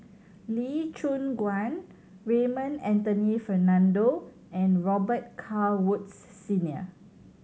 Lee Choon Guan Raymond Anthony Fernando and Robet Carr Woods Senior